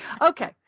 Okay